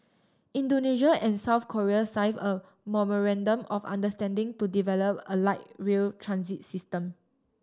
Indonesia and South Korea signed a memorandum of understanding to develop a light rail transit system